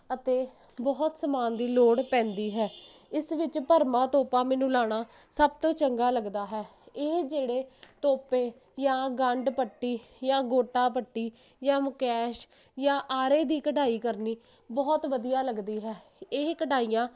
ਅਤੇ ਬਹੁਤ ਸਮਾਨ ਦੀ ਲੋੜ ਪੈਂਦੀ ਹੈ ਇਸ ਵਿੱਚ ਭਰਮਾਂ ਤੋਪਾ ਮੈਨੂੰ ਲਾਣਾ ਸਭ ਤੋਂ ਚੰਗਾ ਲੱਗਦਾ ਹੈ ਇਹ ਜਿਹੜੇ ਤੋਪੇ ਜਾਂ ਗੰਢ ਪੱਟੀ ਜਾਂ ਗੋਟਾ ਪੱਟੀ ਜਾਂ ਮੁਕੈਸ਼ ਜਾਂ ਆਰੇ ਦੀ ਕਢਾਈ ਕਰਨੀ ਬਹੁਤ ਵਧੀਆ ਲੱਗਦੀ ਹੈ ਇਹ ਕਢਾਈਆਂ